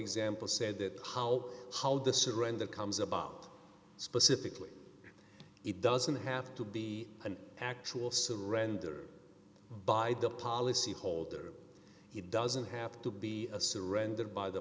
example said that how how the surrender comes about specifically it doesn't have to be an actual surrender by the policyholder he doesn't have to be surrendered by the